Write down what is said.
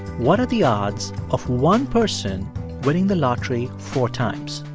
what are the odds of one person winning the lottery four times?